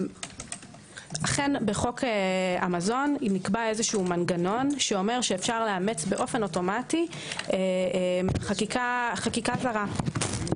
אכן בחוק המזון נקבע מנגנון שאומר שאפשר לאמץ אוטומטית חקיקה זרה.